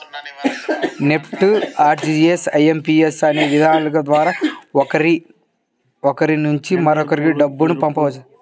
NEFT, RTGS, IMPS అనే విధానాల ద్వారా ఒకరి నుంచి మరొకరికి డబ్బును పంపవచ్చు